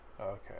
Okay